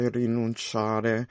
rinunciare